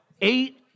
eight